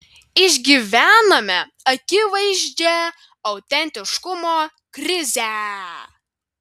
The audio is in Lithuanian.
išgyvename akivaizdžią autentiškumo krizę